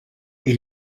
est